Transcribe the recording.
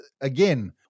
again